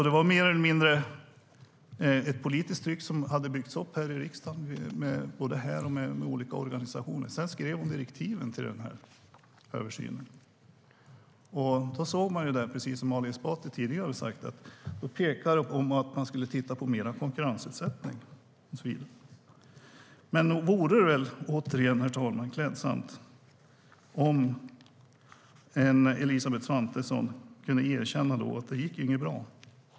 Ett mer eller mindre politiskt tryck hade byggts upp i riksdagen och i olika organisationer. Sedan skrev hon direktiven till översynen. Precis som Ali Esbati tidigare sa pekades det i direktiven på att man skulle titta på mer konkurrensutsättning. Nog vore det återigen, herr talman, klädsamt om Elisabeth Svantesson kunde erkänna att det inte gick bra.